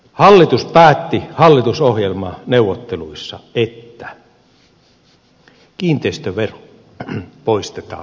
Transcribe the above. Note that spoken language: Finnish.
hallitus päätti hallitusohjelmaneuvotteluissa että kiinteistövero poistetaan verotulontasauksesta